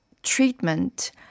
Treatment